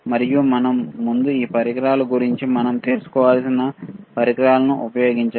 మరియు మనం ముందు ఈ పరికరాల గురించి తెలుసుకొని ఆపై పరికరాలను ఉపయోగించండి